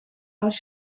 als